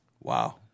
Wow